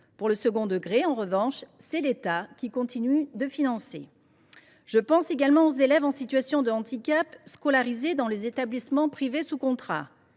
Pour le second degré, en revanche, c’est l’État qui continue de financer. Je pense également aux élèves en situation de handicap scolarisés dans des établissements privés sous contrat.